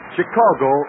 Chicago